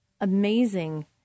amazing